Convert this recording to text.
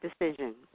decision